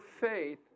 faith